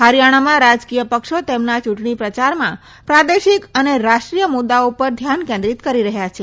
હરીયાણામાં રાજકીય પક્ષો તેમના યુંટણી પ્રયારમાં પ્રાદેશિક અને રાષ્ટ્રિય મુદ્દાઓ ઉપર ધ્યાન કેન્દ્રિત કરી રહયાં છે